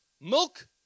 milk